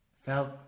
Felt